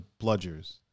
bludgers